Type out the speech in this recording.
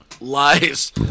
Lies